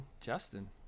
Justin